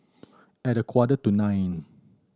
at a quarter to nine